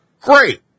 Great